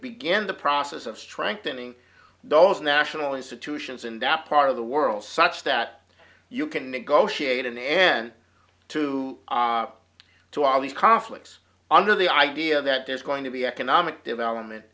begin the process of strengthening those national institutions in that part of the world such that you can negotiate an end to op to all these conflicts under the idea that there's going to be economic development